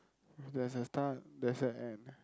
if there's a start there's a end